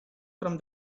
from